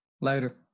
Later